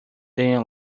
than